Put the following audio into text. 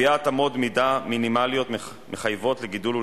תודה רבה.